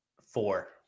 four